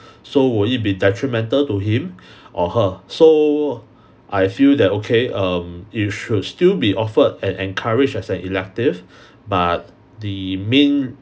so will it be detrimental to him or her so I feel that okay um it should still be offered and encouraged as an elective but the main